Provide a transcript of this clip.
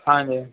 ਹਾਂਜੀ